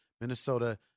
Minnesota